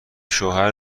شوهر